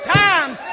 times